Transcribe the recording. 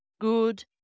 good